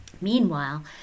Meanwhile